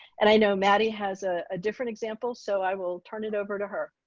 and i know maddie has a ah different example. so i will turn it over to her.